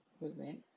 movement